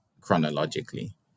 chronologically